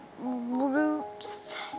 roots